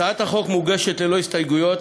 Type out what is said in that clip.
הצעת החוק מוגשת ללא הסתייגויות,